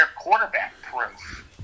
quarterback-proof